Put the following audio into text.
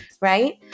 Right